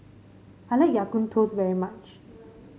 I like Ya Kun Kaya Toast very much